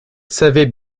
savez